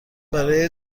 برای